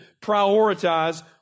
prioritize